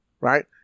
right